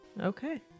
Okay